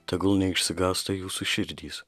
tegul neišsigąsta jūsų širdys